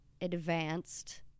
advanced